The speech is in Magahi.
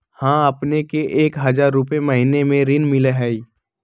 हां अपने के एक हजार रु महीने में ऋण मिलहई?